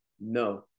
No